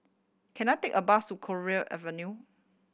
can I take a bus to Cowdray Avenue